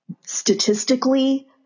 statistically